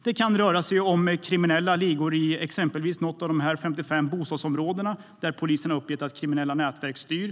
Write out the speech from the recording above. Det kan röra sig om kriminella ligor i exempelvis något av de 55 bostadsområden som polisen uppgett att kriminella nätverk styr över.